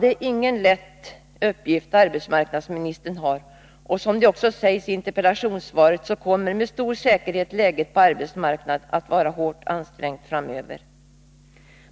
Det är ingen lätt uppgift arbetsmarknadsministern har, och som det också sägs i interpellationssvaret kommer med stor säkerhet läget på arbetsmarknaden att vara hårt ansträngt framöver.